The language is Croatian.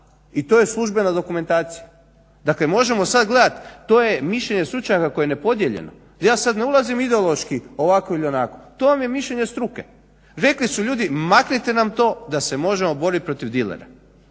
i to je službena dokumentacija, dakle možemo sad gledati to je mišljenje stručnjaka koje je nepodijeljeno. Ja sad ne ulazim ideološki ovako ili onako, to vam je mišljenje struke. Rekli su ljudi maknite nam to da se možemo boriti protiv dilera.